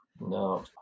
No